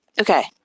Okay